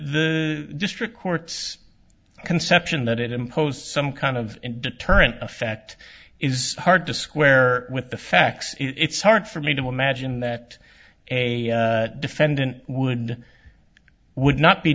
district court's conception that it imposed some kind of deterrent effect is hard to square with the facts it's hard for me to imagine that a defendant would i would not be